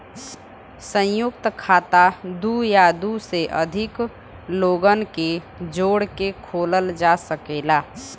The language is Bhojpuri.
संयुक्त खाता दू या दू से अधिक लोगन के जोड़ के खोलल जा सकेला